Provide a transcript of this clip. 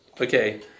Okay